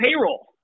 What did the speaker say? payroll